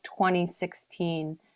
2016